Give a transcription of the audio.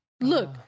look